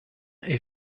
est